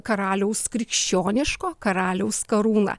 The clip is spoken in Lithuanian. karaliaus krikščioniško karaliaus karūną